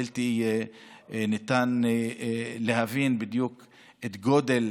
בלתי ניתן להבין בדיוק את גודל